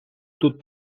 тут